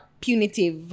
punitive